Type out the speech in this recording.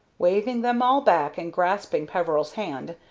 waving them all back, and grasping peveril's hand,